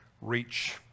reach